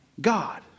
God